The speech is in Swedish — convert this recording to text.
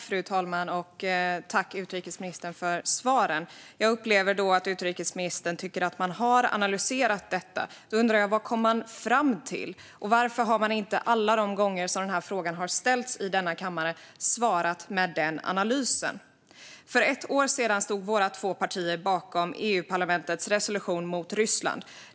Fru talman! Jag tackar utrikesministern för svaren. Jag upplever att utrikesministern tycker att man har analyserat detta. Då undrar jag vad man kom fram till. Och varför har man inte alla de gånger som den här frågan har ställts i denna kammare svarat med den analysen? För ett år sedan stod våra två partier bakom EU-parlamentets resolution mot Ryssland.